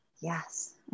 Yes